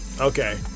Okay